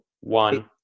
one